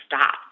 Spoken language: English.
stop